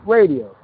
Radio